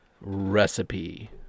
Recipe